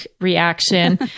reaction